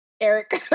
Eric